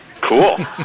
Cool